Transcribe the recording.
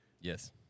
Yes